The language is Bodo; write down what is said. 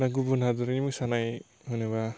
दा गुबुन हादरनि मोसानाय होनोबा